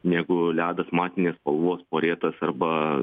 negu ledas matinės spalvos porėtas arba